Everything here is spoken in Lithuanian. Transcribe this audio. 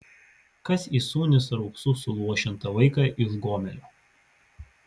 kas įsūnys raupsų suluošintą vaiką iš gomelio